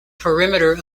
perimeter